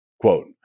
Quote